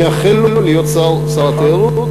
אני אאחל לו להיות שר התיירות,